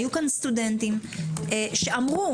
היו כאן סטודנטים שאמרו